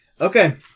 Okay